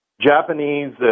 Japanese